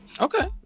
okay